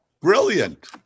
brilliant